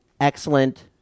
excellent